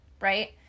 right